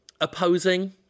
opposing